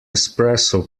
espresso